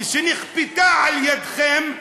שנכפתה על-ידיכם,